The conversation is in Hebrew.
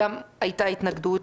גם הייתה התנגדות.